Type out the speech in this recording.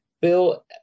Bill